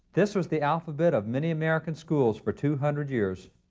this was the alphabet of many american schools for two hundred years.